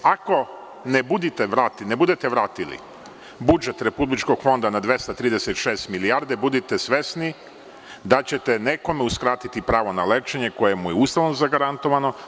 Ako ne budete vratili budžet Republičkog fonda na 236 milijardi, budite svesni da ćete nekome uskratiti pravo na lečenje koje mu je Ustavom zagarantovano.